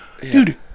Dude